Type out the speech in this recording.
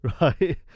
Right